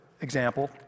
example